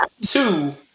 Two